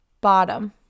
Bottom